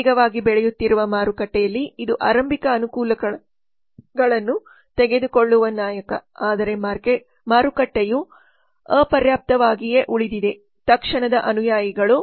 ವೇಗವಾಗಿ ಬೆಳೆಯುತ್ತಿರುವ ಮಾರುಕಟ್ಟೆಯಲ್ಲಿ ಇದು ಆರಂಭಿಕ ಅನುಕೂಲಗಳನ್ನು ತೆಗೆದುಕೊಳ್ಳುವ ನಾಯಕ ಆದರೆ ಮಾರುಕಟ್ಟೆಯು ಅಪರ್ಯಾಪ್ತವಾಗಿಯೇ ಉಳಿದಿದೆ ತಕ್ಷಣದ ಅನುಯಾಯಿಗಳು ಸಹ ಸಾಕಷ್ಟು ಲಾಭವನ್ನು ಗಳಿಸುತ್ತಾರೆ